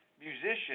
musician